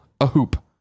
Ahoop